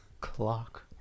Clock